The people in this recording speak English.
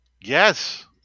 Yes